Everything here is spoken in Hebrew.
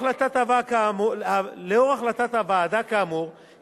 לאור החלטת הוועדה כאמור,